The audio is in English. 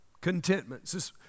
Contentment